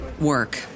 work